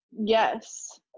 Yes